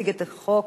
החוקה,